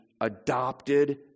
adopted